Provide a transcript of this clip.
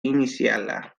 initial